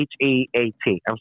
H-E-A-T